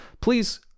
please